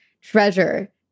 treasure